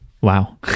Wow